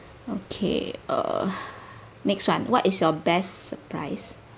okay err next [one] what is your best surprise